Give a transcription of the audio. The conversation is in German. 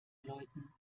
läuten